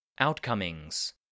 Outcomings